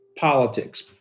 politics